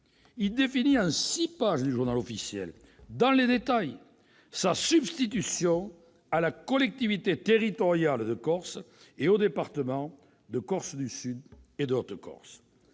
Il définit, en six pages de, dans le détail, sa substitution à la collectivité territoriale de Corse et aux départements de Corse-du-Sud et de Haute-Corse.